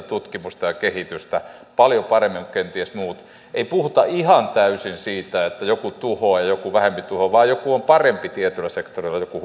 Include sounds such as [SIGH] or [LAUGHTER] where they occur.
[UNINTELLIGIBLE] tutkimusta ja kehitystä paljon paremmin kuin kenties muut ei puhuta ihan täysin siitä että joku tuhoaa ja joku vähempi tuhoaa vaan että joku on parempi tietyllä sektorilla ja joku [UNINTELLIGIBLE]